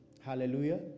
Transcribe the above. Hallelujah